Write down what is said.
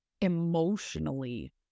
emotionally